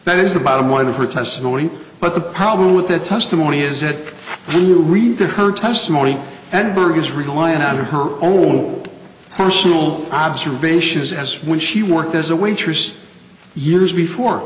that is the bottom line of her testimony but the problem with that testimony is that when you read to her testimony and berg is relying on her own personal observations as when she worked as a waitress years before